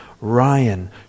Ryan